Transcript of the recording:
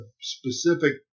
specific